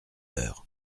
heures